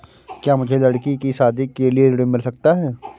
क्या मुझे लडकी की शादी के लिए ऋण मिल सकता है?